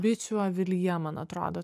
bičių avilyje man atrodo